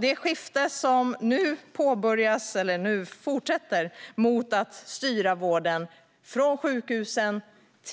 Det skifte som påbörjats mot att styra vården från sjukhusen